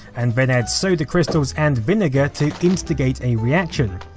and then add soda crystals and vinegar to instigate a reaction.